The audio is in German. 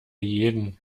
jeden